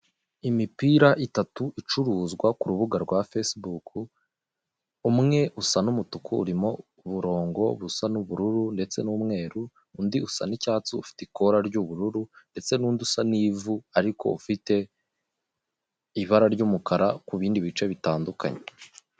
Imipira itatu icuruzwa ku rubuga rwa fesibuku. Umwe usa nk'umutuku urimo burongo busa nk'ubururu ndetse n'umweru, undi usa nk'icyatsi ufite ikora ry'ubururu ndetse n'undi usa nk'ivu ariko ufite ibara ry'umukara ku bindi bice bitandukanye.